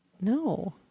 No